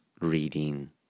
reading